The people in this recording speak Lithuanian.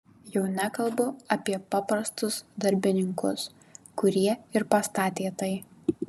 jau nekalbu apie paprastus darbininkus kurie ir pastatė tai